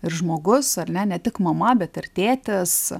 ir žmogus ar ne ne tik mama bet ir tėtis